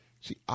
See